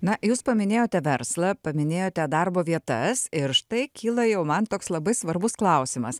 na jūs paminėjote verslą paminėjote darbo vietas ir štai kyla jau man toks labai svarbus klausimas